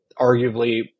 arguably